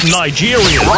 nigeria